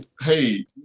hey